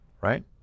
right